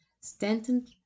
Stanton